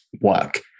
work